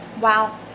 Wow